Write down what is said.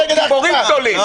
גיבורים גדולים.